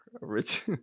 rich